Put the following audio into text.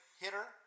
hitter